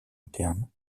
internes